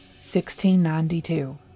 1692